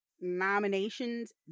nominations